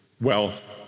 wealth